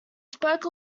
spoke